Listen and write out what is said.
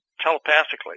telepathically